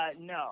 No